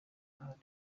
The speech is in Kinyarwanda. ahari